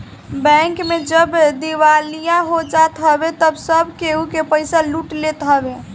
bank जब दिवालिया हो जात हवे तअ सब केहू के पईसा लूट लेत हवे